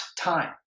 time